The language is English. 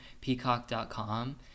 peacock.com